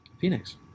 Phoenix